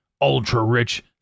ultra-rich